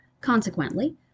Consequently